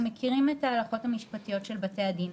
אנחנו מכירים את הערכאות המשפטיות של בתי הדין,